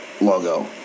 logo